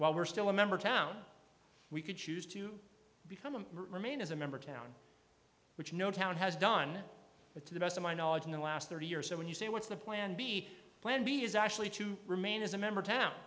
while we're still a member town we could choose to become remain as a member town which no town has done that to the best of my knowledge in the last thirty years so when you say what's the plan b plan b is actually to remain as a member town